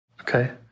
Okay